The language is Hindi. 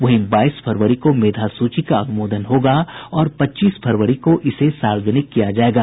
वहीं बाईस फरवरी को मेधा सूची का अनुमोदन होगा और पच्चीस फरवरी को इसे सार्वजनिक किया जायेगा